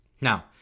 Now